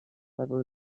several